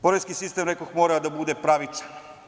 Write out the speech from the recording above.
Poreski sistem, rekoh, mora da bude pravičan.